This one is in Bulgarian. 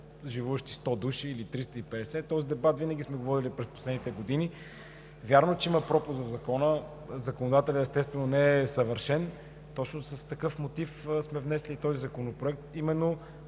живеещи 100 или 350 души. Този дебат винаги сме го водили през последните години. Вярно е, че има пропуск в Закона и законодателят, естествено, не е съвършен. Точно с такъв мотив сме внесли този законопроект.